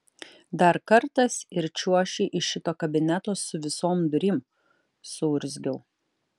dar kartas ir čiuoši iš šito kabineto su visom durim suurzgiau